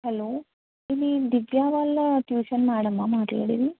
hello ఇది దివ్య వాళ్ళ tuition మ్యాడమా మాట్లాడేది